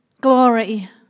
glory